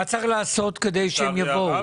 מה צריך לעשות כדי שהם יבואו?